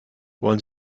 wollen